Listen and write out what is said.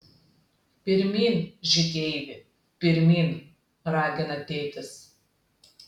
pirmyn žygeivi pirmyn ragina tėtis